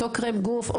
אותו קרם גוף,